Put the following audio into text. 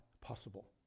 possible